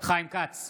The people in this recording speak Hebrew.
חיים כץ,